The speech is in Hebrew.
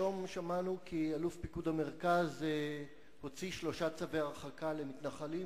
שלשום שמענו כי אלוף פיקוד המרכז הוציא שלושה צווי הרחקה למתנחלים,